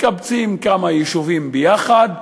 מקבצים כמה יישובים יחד,